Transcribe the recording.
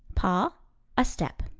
pas a step.